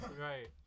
Right